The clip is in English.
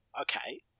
Okay